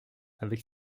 avec